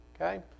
Okay